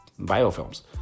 biofilms